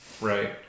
right